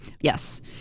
Yes